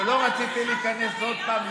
כי לא רציתי להיכנס עוד פעם,